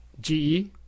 GE